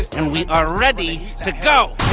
and we are ready to go.